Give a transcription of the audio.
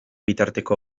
bitarteko